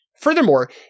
Furthermore